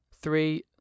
Three